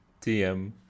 TM